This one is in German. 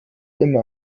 immer